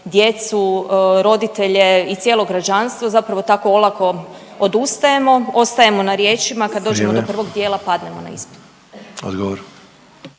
djecu, roditelje i cijelo građanstvo zapravo tako olako odustajemo. Ostajemo na riječima kad dođemo do prvog dijela …/Upadica: